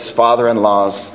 father-in-law's